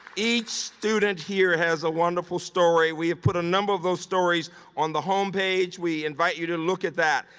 each student here has a wonderful story. we have put a number of those stories on the home page. we invite you to look at that.